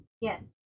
yes